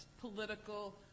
political